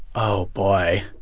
oh, boy.